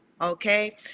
okay